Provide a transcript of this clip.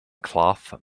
cloth